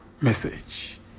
message